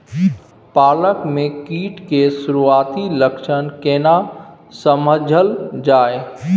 पालक में कीट के सुरआती लक्षण केना समझल जाय?